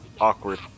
Awkward